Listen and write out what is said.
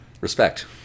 Respect